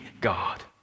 God